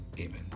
Amen